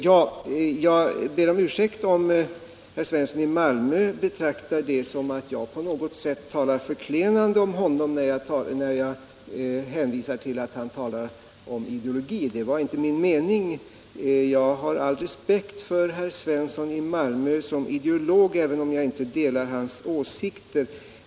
Herr Svensson i Malmö menar att jag talade förklenande om honom när jag sade att han svävade ut i ideologier. Det var inte min mening, och jag ber om överseende för att jag uttryckte mig så att det kunde uppfattas på det sättet. Jag har all respekt för herr Svensson i Malmö som ideolog, även om jag inte delar hans åsikter.